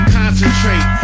concentrate